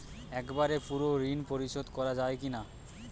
একবারে পুরো ঋণ পরিশোধ করা যায় কি না?